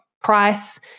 price